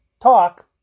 talk